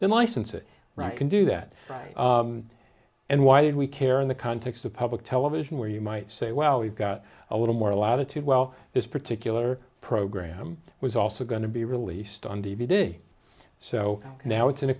than license it can do that and why did we care in the context of public television where you might say well we've got a little more latitude well this particular program was also going to be released on d v d so now it's in a